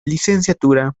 licenciatura